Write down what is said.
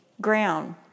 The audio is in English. ground